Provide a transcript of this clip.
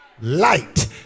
light